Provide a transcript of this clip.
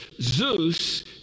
Zeus